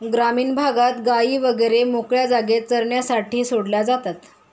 ग्रामीण भागात गायी वगैरे मोकळ्या जागेत चरण्यासाठी सोडल्या जातात